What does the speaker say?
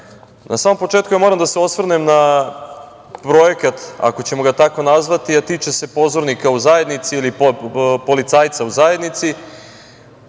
samom početku, ja moram da se osvrnem na projekat, ako ćemo ga tako nazvati, a tiče se pozornika u zajednici ili policajca u zajednici.